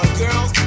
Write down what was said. girls